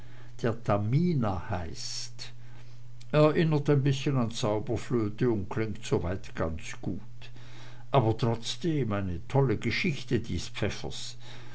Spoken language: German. der tamina heißt erinnert ein bißchen an zauberflöte und klingt soweit ganz gut aber trotzdem eine tolle geschichte dies pfäffers